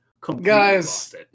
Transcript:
guys